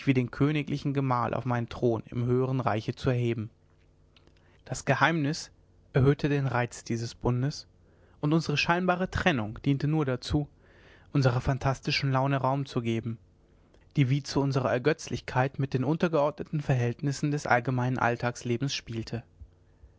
wie den königlichen gemahl auf meinen thron im höheren reiche zu erheben das geheimnis erhöhte den reiz dieses bundes und unsere scheinbare trennung diente nur dazu unserer phantastischen laune raum zu geben die wie zu unserer ergötzlichkeit mit den untergeordneten verhältnissen des gemeinen alltagslebens spielte